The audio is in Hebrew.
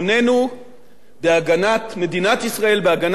בהגנת מדינת ישראל, בהגנת אזרחי ישראל,